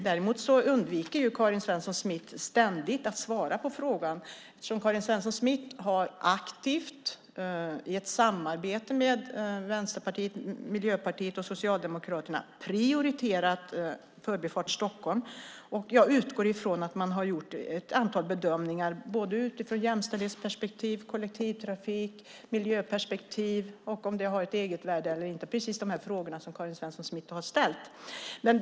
Däremot undviker Karin Svensson Smith ständigt att svara på frågan om hur hon aktivt i samarbete med Vänsterpartiet, Miljöpartiet och Socialdemokraterna prioriterat Förbifart Stockholm. Jag utgår från att man har gjort ett antal bedömningar utifrån jämställdhets-, kollektivtrafik och miljöperspektiv och av om projektet har ett eget värde eller inte - precis de frågor som Karin Svensson Smith har ställt.